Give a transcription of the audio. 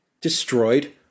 destroyed